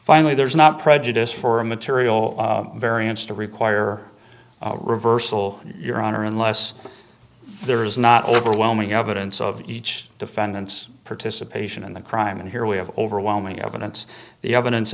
finally there's not prejudice for a material variance to require reversal your honor unless there is not overwhelming evidence of each defendant's participation in the crime and here we have overwhelming evidence the evidence